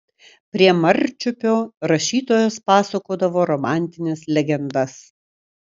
prie marčiupio rašytojas pasakodavo romantines legendas